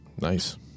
Nice